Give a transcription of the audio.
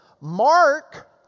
Mark